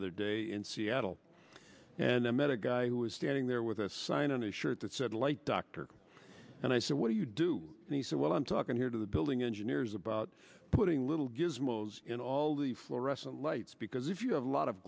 other day in seattle and i met a guy who was standing there with a sign on his shirt that said like dr and i said what do you do and he said well i'm talking here to the building engineers about putting little gizmos in all the fluorescent lights because if you have a lot of